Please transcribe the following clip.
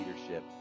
leadership